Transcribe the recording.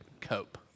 cope